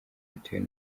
bitewe